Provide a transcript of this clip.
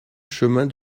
chemin